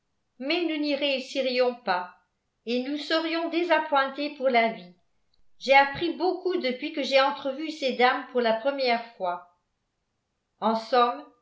mais nous n'y réussirions pas et nous serions désappointés pour la vie j'ai appris beaucoup depuis que j'ai entrevu ces dames pour la première fois